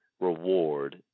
reward